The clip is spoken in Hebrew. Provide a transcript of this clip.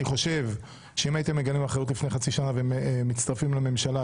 אני חושב שאם הייתם מגלים אחריות לפני חצי שנה ומצטרפים לממשלה,